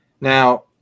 Now